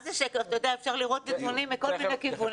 אתה יודע, אפשר לראות נתונים מכל מיני כיוונים.